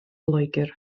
loegr